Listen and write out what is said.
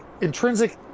intrinsic